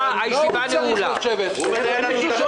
הוא מנהל לנו את העניינים כאן.